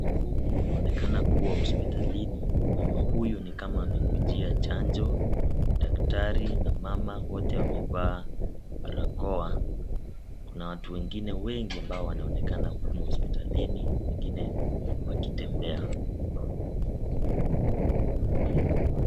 Huku kunaonekana kuwa hospitalini, mama huyu ni kama amekujia chanjo, daktari na mama wote wamevaa barakoa, kuna watu wengine wengi ambao wanaonekana huku hospitalini wengine wakitembea.